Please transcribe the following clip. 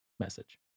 Message